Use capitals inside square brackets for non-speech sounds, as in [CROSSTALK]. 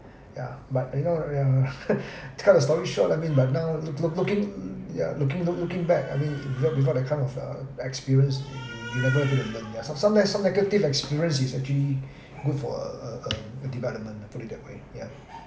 ya but you know uh [LAUGHS] tell the story short I mean but now look looking yeah looking look looking back I mean before before that kind of uh experience you never able to learn ya some sometimes some negative experience is actually good for uh uh uh development put it that way yeah